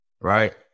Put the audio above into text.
right